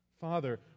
Father